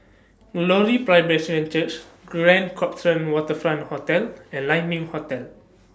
Glory Presbyterian Church Grand Copthorne Waterfront Hotel and Lai Ming Hotel